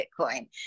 Bitcoin